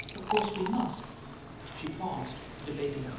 of course we must she paused, debating.